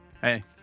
hey